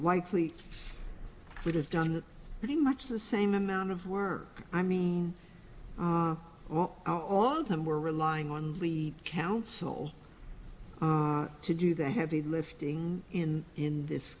likely would have done that pretty much the same amount of work i mean all of them were relying on lead counsel to do the heavy lifting in in this